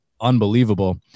unbelievable